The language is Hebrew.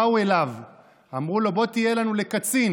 באו אליו ואמרו לו: בוא תהיה לנו לקצין.